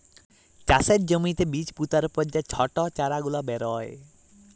চাষের জ্যমিতে বীজ পুতার পর যে ছট চারা গুলা বেরয়